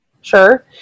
Sure